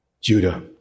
Judah